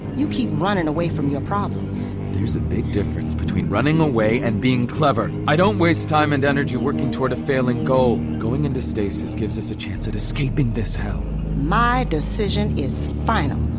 you keep running away from your problems there's a big difference between running away and being clever. i don't waste time and energy working toward a failing goal. going into stasis gives us a chance at escaping this hell my decision is final.